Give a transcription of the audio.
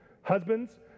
Husbands